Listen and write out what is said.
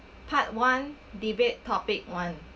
part one debate topic one